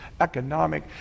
economic